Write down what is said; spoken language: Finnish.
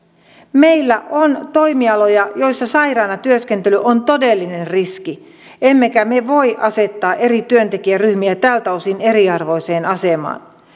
meillä on toimialoja joissa sairaana työskentely on todellinen riski emmekä me voi asettaa eri työntekijäryhmiä tältä osin eriarvoiseen asemaan